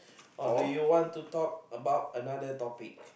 or do you want to talk about another topic